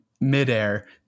midair